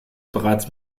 bereits